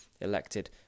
elected